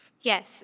Yes